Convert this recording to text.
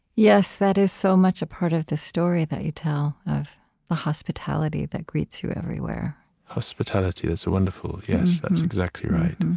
yes, that is so much a part of the story that you tell, of the hospitality that greets you everywhere hospitality, that's a wonderful yes, that's exactly right